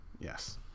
Yes